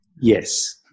Yes